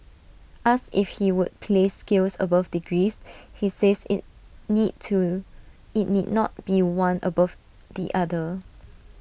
asked if he would place skills above degrees he says IT need to IT need not be one above the other